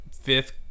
fifth